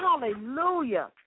Hallelujah